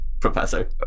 Professor